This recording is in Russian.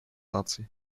наций